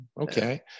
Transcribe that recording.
okay